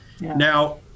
Now